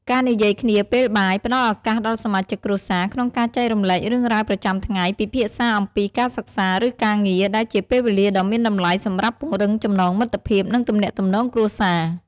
ការនិយាយគ្នាពេលបាយ ផ្តល់ឱកាសដល់សមាជិកគ្រួសារក្នុងការចែករំលែករឿងរ៉ាវប្រចាំថ្ងៃ ពិភាក្សាអំពីការសិក្សា ឬការងារ ដែលជាពេលវេលាដ៏មានតម្លៃសម្រាប់ពង្រឹងចំណងមិត្តភាព និងទំនាក់ទំនងគ្រួសារ។